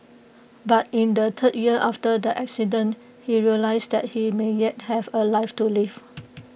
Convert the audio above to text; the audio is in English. but in the third year after the accident he realised that he may yet have A life to live